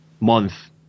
month